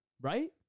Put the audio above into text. Right